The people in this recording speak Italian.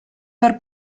per